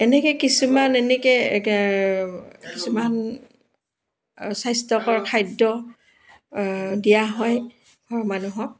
এনেকৈ কিছুমান এনেকৈ কিছুমান স্বাস্থ্যকৰ খাদ্য দিয়া হয় মানুহক